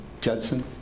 Judson